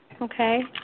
Okay